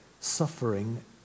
suffering